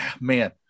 man